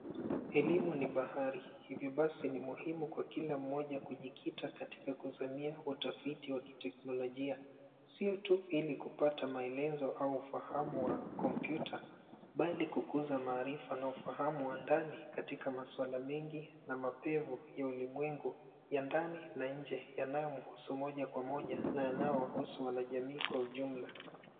Elimu ni bahari. Hivi basi, ni muhimu kwa kila mmoja kujikita katika kuzamia utafiti wa kiteknolojia. Sio tu ili kupata maelezo au ufahamu wa kompyuta, bali kukuza maarifa na ufahamu wa ndani katika maswala mengi na mapevu ya ulimwengu ya ndani na nje yanayomhusu moja kwa moja na yanayowahusu wanajamii kwa ujumla.